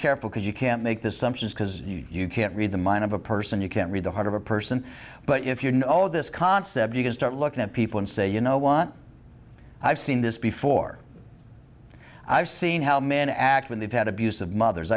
careful because you can't make this substance because you can't read the mind of a person you can't read the heart of a person but if you know this concept you can start looking at people and say you know want i've seen this before i've seen how men act when they've had abusive mothers